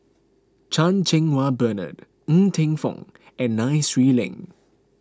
Chan Cheng Wah Bernard Ng Teng Fong and Nai Swee Leng